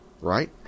right